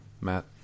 matt